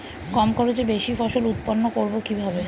কম খরচে বেশি ফসল উৎপন্ন করব কিভাবে?